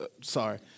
sorry